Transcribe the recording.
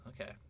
Okay